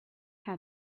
had